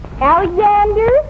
Alexander